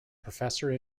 professor